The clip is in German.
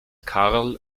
karl